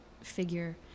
figure